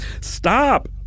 Stop